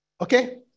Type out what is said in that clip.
okay